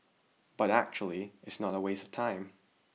but actually it's not a waste of time